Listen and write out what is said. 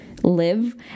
live